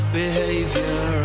behavior